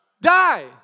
die